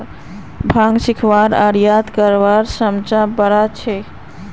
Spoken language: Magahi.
भांग सीखवार आर याद करवार क्षमता बढ़ा छे